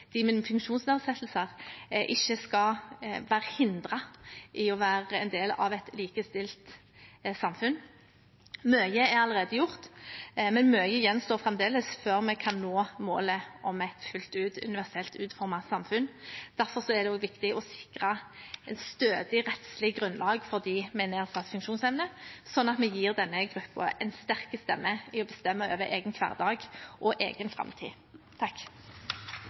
de med funksjonsnedsettelser ikke skal være hindret i å være en del av et likestilt samfunn. Mye er allerede gjort, men mye gjenstår fremdeles før vi kan nå målet om et fullt ut universelt utformet samfunn. Derfor er det også viktig å sikre et stødig rettslig grunnlag for dem med nedsatt funksjonsevne, sånn at vi gir denne gruppen en sterk stemme i å bestemme over egen hverdag og egen framtid.